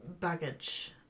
baggage